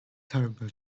terrible